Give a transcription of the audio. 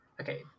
Okay